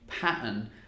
pattern